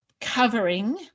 covering